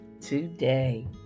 today